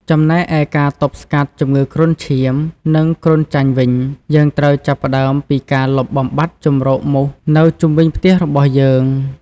ចំណែកឯការទប់ស្កាត់ជំងឺគ្រុនឈាម និងគ្រុនចាញ់វិញ យើងត្រូវចាប់ផ្តើមពីការលុបបំបាត់ជម្រកមូសនៅជុំវិញផ្ទះរបស់យើង។